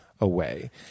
away